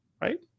right